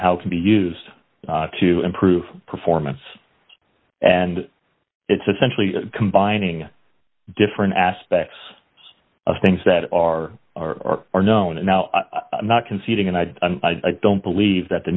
how can be used to improve performance and it's essentially combining different aspects of things that are are are known and now i'm not conceding and i don't believe that the